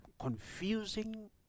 confusing